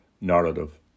narrative